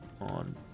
on